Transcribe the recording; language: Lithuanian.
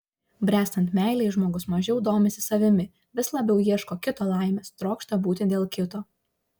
bręstant meilei žmogus mažiau domisi savimi vis labiau ieško kito laimės trokšta būti dėl kito